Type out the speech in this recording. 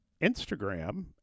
Instagram